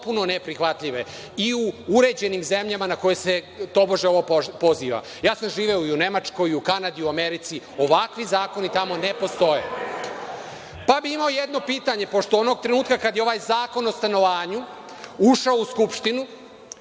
potpuno neprihvatljive i u uređenim zemljama na koje se tobože ovo poziva. Ja sam živeo i u Nemačkoj i u Kanadi, u Americi, ovakvi zakoni tamo ne postoje. Imao bih jedno pitanje, pošto onog trenutka kada je ovaj zakon o stanovanju ušao u Skupštinu,